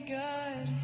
good